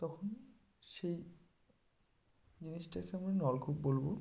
তখন সেই জিনিসটাকে আমরা নলকূপ বলবো